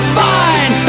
fine